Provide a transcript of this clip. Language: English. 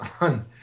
on